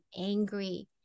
angry